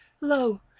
lo